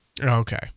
Okay